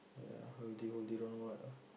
ya what ah